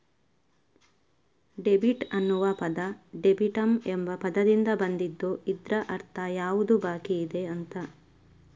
debit ಅನ್ನುವ ಪದ ಡೆಬಿಟಮ್ ಎಂಬ ಪದದಿಂದ ಬಂದಿದ್ದು ಇದ್ರ ಅರ್ಥ ಯಾವುದು ಬಾಕಿಯಿದೆ ಅಂತ